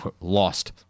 lost